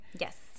yes